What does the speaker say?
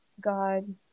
God